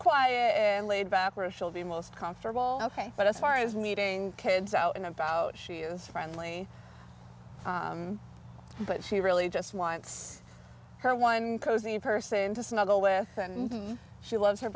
quiet and laid back where she'll be most comfortable ok but as far as meeting kids out and about she is friendly but she really just wants her one cozy person to snuggle with and she loves her